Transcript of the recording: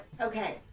Okay